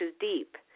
deep